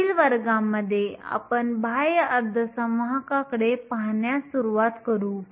पुढील वर्गामध्ये आपण बाह्य अर्धसंवाहकांकडे पाहण्यास सुरवात करू